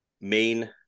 main